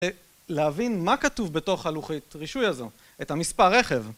להבין מה כתוב בתוך הלוחית רישוי הזו, את המספר רכב.